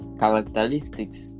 characteristics